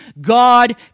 God